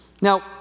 Now